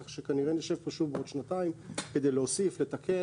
כך שכנראה נשב כאן שוב בעוד שנתיים כדי להוסיף ולתקן.